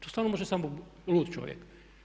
To stvarno može samo lud čovjek.